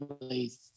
place